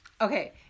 okay